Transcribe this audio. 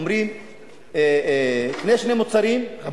קנה שני מוצרים,